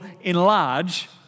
enlarge